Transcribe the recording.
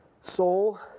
soul